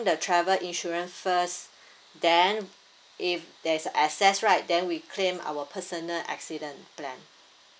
the travel insurance first then if there is excess right then we claim our personal accident plan